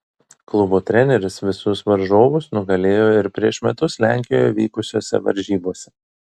klubo treneris visus varžovus nugalėjo ir prieš metus lenkijoje vykusiose varžybose